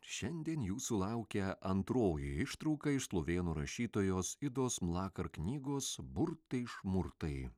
šiandien jūsų laukia antroji ištrauka iš slovėnų rašytojos idos mlakar knygos burtai šmurtai